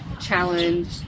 challenge